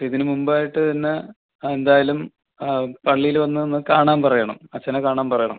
ഇതിന് മുമ്പായിട്ട് തന്നെ എന്തായാലും പള്ളിയിൽ വന്നൊന്ന് കാണാൻ പറയണം അച്ചനെ കാണാൻ പറയണം